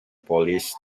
police